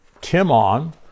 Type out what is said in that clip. Timon